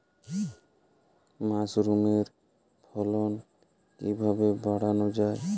মাসরুমের ফলন কিভাবে বাড়ানো যায়?